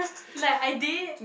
like I did